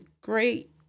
great